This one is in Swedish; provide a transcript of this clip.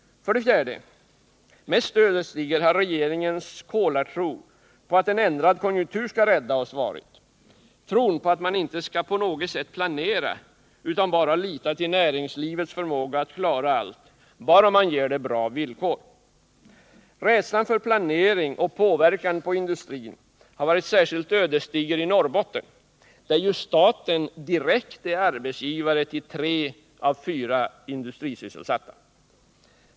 4. Mest ödesdiger har regeringens kolartro på att en ändrad konjunktur skall rädda oss varit, tron på att man inte skall på något sätt planera utan bara lita till näringslivets förmåga att klara allt, bara man ger det bra villkor. Rädslan för planering och påverkan på industrin har varit särskilt ödesdiger i Norrbotten, där ju staten direkt är arbetsgivare till tre av fyra industrisysselsatta.